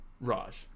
Raj